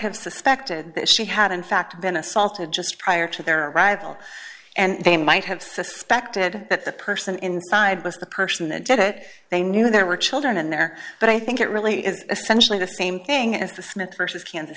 have suspected that she had in fact been assaulted just prior to their arrival and they might have suspected that the person inside was the person that did it they knew there were children in there but i think it really is essentially the same thing as the smith versus kansas